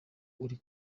uri